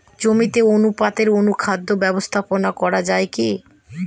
জমিতে অনুপাতে অনুখাদ্য ব্যবস্থাপনা করা য়ায় কি?